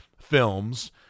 films